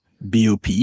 bop